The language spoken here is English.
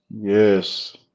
Yes